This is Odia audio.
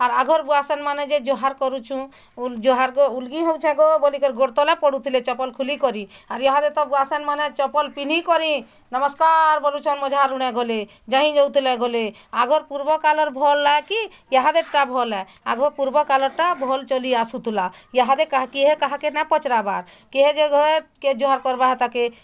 ଆର୍ ଆଘର୍ ଭୁଆସନ୍ ମାନେ ଯେ ଜୁହାର୍ କରୁଛୁଁ ଜୁହାର୍ ଗୋ ଉଲ୍ଗି ହଉଛେ ଗୋ ବୋଲିକରି ଗୋଡ଼୍ ତଲେ ପଡ଼ୁଥିଲେ ଚପଲ୍ ଖୁଲିକରି ଆର୍ ଇହାଦେ ତ ଭୁଆସନ୍ ମାନେ ଚପଲ୍ ପିନ୍ଧିକରି ନମସ୍କାର୍ ବୋଲୁଛନ୍ ମଝେ ରୁନେ ଗଲେ ଯାହିଁଯାଉଥିଲେ ଗଲେ ଆଘର୍ ପୂର୍ବ କାଲର୍ ଭଲ୍ ଲାଗେ କି ଇହାଦେ ଟା ଭଲ୍ ହେ ଆଘ ପୂର୍ବ କାଲର୍ ଟା ଭଲ୍ ଚଲି ଆସୁଥିଲା ଇହାଦେ କିହେ କାହାକେ ନାଇଁ ପଚାର୍ବାର୍ କିହେ ଯେ ଘର୍ କିହେ ଜୁହାର୍ କର୍ବା ହେତାକେ